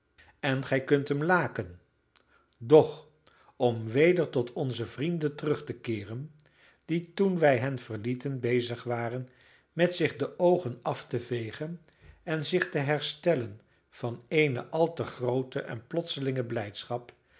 en gij kunt hem laken doch om weder tot onze vrienden terug te keeren die toen wij hen verlieten bezig waren met zich de oogen af te vegen en zich te herstellen van eene al te groote en plotselinge